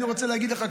אני רוצה להגיד לך,